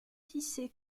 tissé